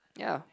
ya